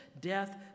death